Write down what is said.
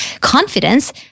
confidence